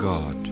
God